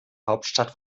hauptstadt